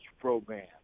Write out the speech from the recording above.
program